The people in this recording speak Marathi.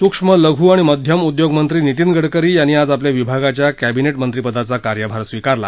सूक्ष्म लघु आणि मध्यम उदयोग मंत्री नितीन गडकरी यांनी आज आपल्या विभागाच्या कविनेट मंत्रीपदाचा कार्यभार स्वीकारला